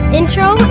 intro